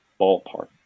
ballpark